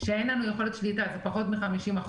שאין לנו יכולת שליטה, זה פחות מ-50%.